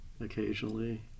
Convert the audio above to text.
occasionally